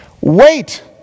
Wait